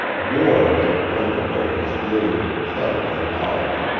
war had burnt away his glittering, clever frivolity.